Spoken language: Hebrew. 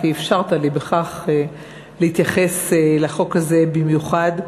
כי אפשרת לי בכך להתייחס לחוק הזה במיוחד.